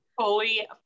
fully